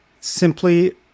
simply